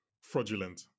fraudulent